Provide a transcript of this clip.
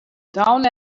down